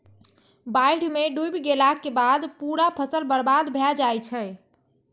बाढ़ि मे डूबि गेलाक बाद पूरा फसल बर्बाद भए जाइ छै